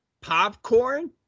popcorn